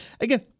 Again